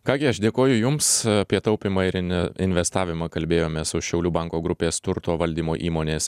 ką gi aš dėkoju jums apie taupymą ir in investavimą kalbėjomės su šiaulių banko grupės turto valdymo įmonės